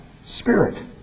Spirit